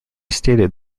stated